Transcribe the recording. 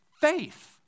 faith